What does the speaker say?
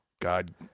God